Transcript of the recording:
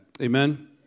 Amen